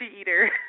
eater